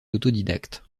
autodidacte